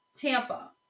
Tampa